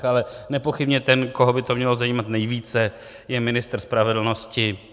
Ale nepochybně ten, koho by to mělo zajímat nejvíce, je ministr spravedlnosti.